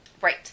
Right